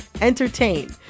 entertain